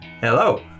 Hello